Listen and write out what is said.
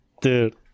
Dude